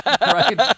right